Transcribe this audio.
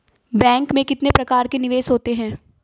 Bank में कितने प्रकार के निवेश होते हैं?